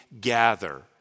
gather